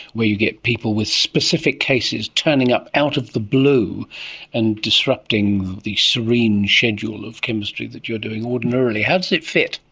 where you get people with specific cases turning up out of the blue and disrupting the serene schedule of chemistry that you're doing ordinarily. how does it fit?